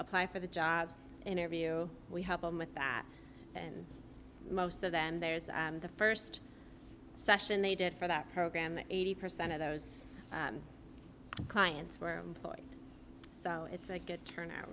apply for the job interview we help them with that and most of them there is the first session they did for that program eighty percent of those clients were employed so it's a good turnout